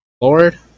Lord